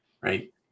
Right